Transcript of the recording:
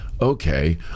okay